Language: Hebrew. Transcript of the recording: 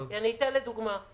אני אתן לדוגמה.